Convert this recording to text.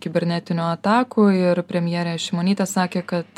kibernetinių atakų ir premjerė šimonytė sakė kad